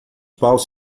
paus